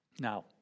Now